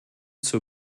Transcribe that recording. zur